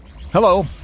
Hello